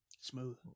Smooth